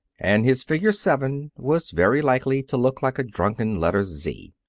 and his figure seven was very likely to look like a drunken letter z.